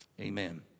amen